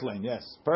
yes